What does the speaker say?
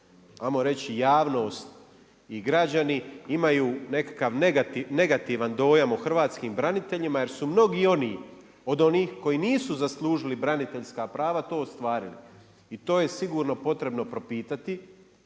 javnost i građani imaju nekakav negativan dojam o hrvatskim braniteljima jer su mnogi oni od onih koji nisu zaslužili braniteljska prava, to ostvarili. I to je sigurno potrebno propitati,